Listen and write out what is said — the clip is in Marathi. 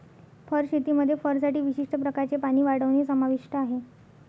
फर शेतीमध्ये फरसाठी विशिष्ट प्रकारचे प्राणी वाढवणे समाविष्ट आहे